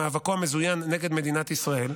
במאבקו המזוין נגד מדינת ישראל.